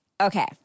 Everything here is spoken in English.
okay